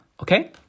okay